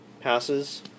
passes